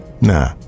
Nah